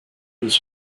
was